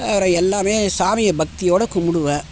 வேறு எல்லாமே சாமியை பக்தியோடு கும்பிடுவேன்